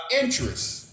interest